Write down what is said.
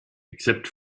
except